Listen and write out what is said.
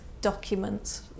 documents